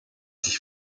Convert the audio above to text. sich